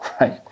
right